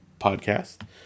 podcast